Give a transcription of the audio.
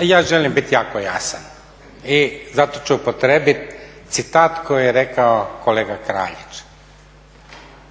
Ja želim biti jako jasan i zato ću upotrijebiti citat koji je rekao kolega Kraljić.